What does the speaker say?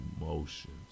emotions